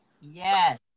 Yes